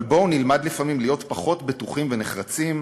אבל בואו נלמד לפעמים להיות פחות בטוחים ונחרצים,